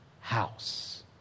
house